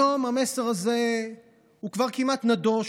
היום המסר הזה הוא כבר כמעט נדוש.